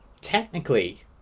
technically